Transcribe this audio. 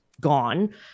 gone